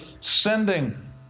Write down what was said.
sending